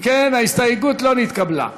אם כן, ההסתייגות לא נתקבלה.